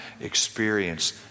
experience